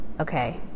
Okay